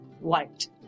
liked